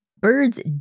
birds